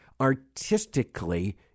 artistically